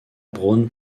brown